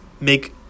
make